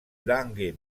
langues